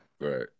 Right